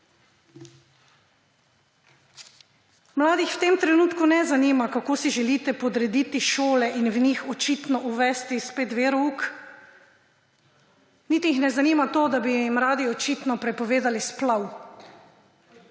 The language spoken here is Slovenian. Mladih v tem trenutku ne zanima, kako si želite podrediti šole in v njih očitno uvesti spet verouk. Niti jih ne zanima to, da bi jim radi očitno prepovedali splav.